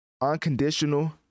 unconditional